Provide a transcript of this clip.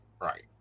Right